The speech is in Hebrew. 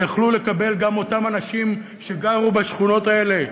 שגם אותם אנשים שגרו בשכונות האלה,